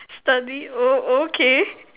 study oh okay